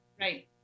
Right